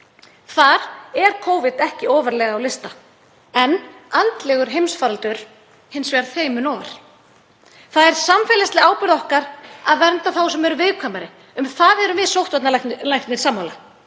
Þar er Covid ekki ofarlega á lista en andlegur heimsfaraldur hins vegar þeim mun ofar. Það er samfélagsleg ábyrgð okkar að vernda þá sem eru viðkvæmari. Um það erum við sóttvarnalæknir sammála.